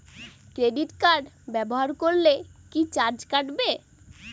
Credit card ব্যাবহার করলে কি চার্জ কাটবে?